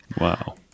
Wow